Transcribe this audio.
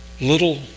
little